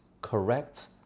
correct